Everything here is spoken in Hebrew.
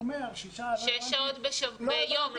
שש שעות ביום.